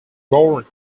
born